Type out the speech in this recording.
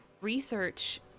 research